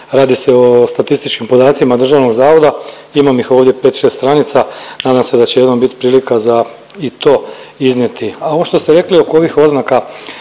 radi se o statističkim podacima državnog zavoda, imam ih ovdje 5-6 stranica, nadam se da će jednom bit prilika za i to iznijeti. A ovo što ste rekli oko ovih oznaka